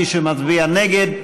מי שמצביע נגד,